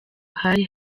hari